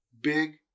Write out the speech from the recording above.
big